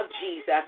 Jesus